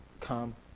come